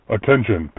Attention